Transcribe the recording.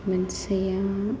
मोनसेया